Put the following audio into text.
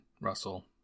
Russell